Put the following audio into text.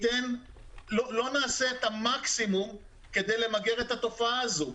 לא נעשה את המקסימום כדי למגר את התופעה הזו.